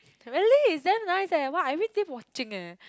really it's damn nice eh !wah! I everyday watching eh